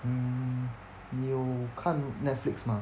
mm 你有看 netflix mah